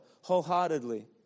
wholeheartedly